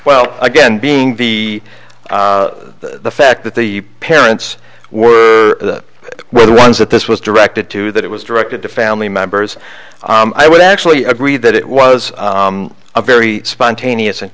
well again being the fact that the parents were well the ones that this was directed to that it was directed to family members i would actually agree that it was a very spontaneous and